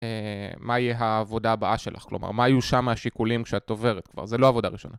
מה יהיה העבודה הבאה שלך? כלומר, מה יהיו שם השיקולים כשאת עוברת כבר? זה לא עבודה ראשונה.